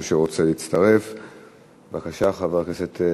לילדים אושרה בקריאה ראשונה,